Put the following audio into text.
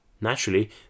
Naturally